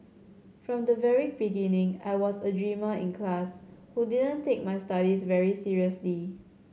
from the very beginning I was a dreamer in class who didn't take my studies very seriously